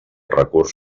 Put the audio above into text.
recurs